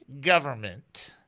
government